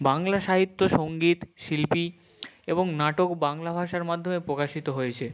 বাংলা সাহিত্য সঙ্গীত শিল্পী এবং নাটক বাংলা ভাষার মাধ্যমে প্রকাশিত হয়েছে